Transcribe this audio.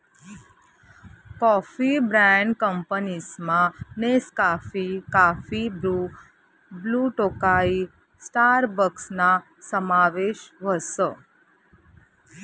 coffee brand कंपनीसमा Nescafe, coffee Bru, Blue Tokai स्टारबक्सना समावेश व्हस